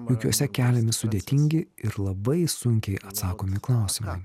juk juose keliami sudėtingi ir labai sunkiai atsakomi klausimai